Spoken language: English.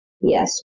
Yes